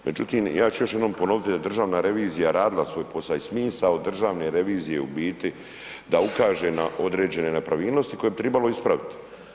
Međutim, ja ću još jednom ponoviti da je državna revizija radila svoj posao i smisao državne revizije je u biti da ukaže na određene nepravilnosti koje bi trebalo ispraviti.